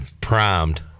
primed